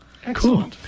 Cool